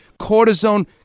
Cortisone